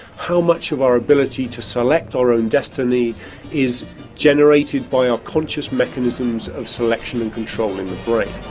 how much of our ability to select our own destiny is generated by our conscious mechanisms of selection and control in the brain.